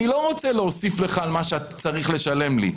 ואני לא רוצה להוסיף לך על מה שאתה צריך לשלם לי,